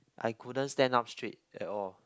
I couldn't stand up straight at all